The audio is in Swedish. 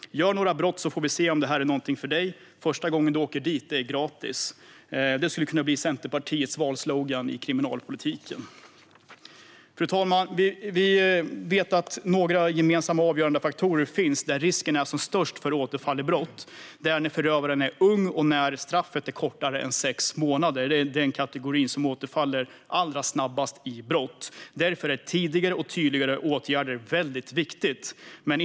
"Gör några brott, så får vi se om det här är något för dig. Första gången du åker dit är det gratis." Det skulle kunna bli Centerpartiets valslogan inom kriminalpolitiken. Fru talman! Det finns några gemensamma och avgörande faktorer för när risken är som störst för återfall i brott. Det är när förövaren är ung och när straffet är kortare än sex månader. Inom den kategorin återfaller man allra snabbast i brott. Därför är tidigare och tydligare åtgärder väldigt viktiga.